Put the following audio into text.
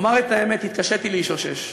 אומר את האמת, התקשיתי להתאושש.